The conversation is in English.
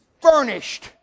furnished